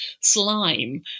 slime